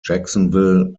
jacksonville